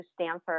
Stanford